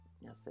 yes